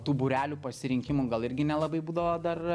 tų būrelių pasirinkimų gal irgi nelabai būdavo dar